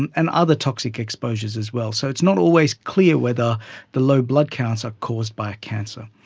and and other toxic exposures as well. so it's not always clear whether the low blood counts are caused by a cancer.